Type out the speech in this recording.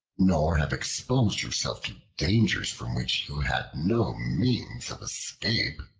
nor have exposed yourself to dangers from which you had no means of escape.